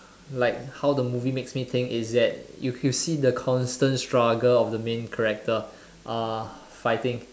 like how the movie makes me think is that if you see the constant struggle of the main character uh fighting